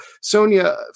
Sonia